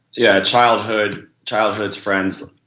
yeah, childhood childhood friends,